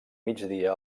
migdia